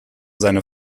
seine